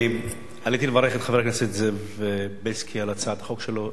אני עליתי לברך את חבר הכנסת בילסקי על הצעת החוק שלו.